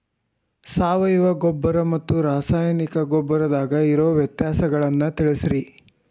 ಸಾವಯವ ಗೊಬ್ಬರ ಮತ್ತ ರಾಸಾಯನಿಕ ಗೊಬ್ಬರದಾಗ ಇರೋ ವ್ಯತ್ಯಾಸಗಳನ್ನ ತಿಳಸ್ರಿ